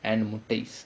and முட்டைஸ்:muttais